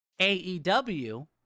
AEW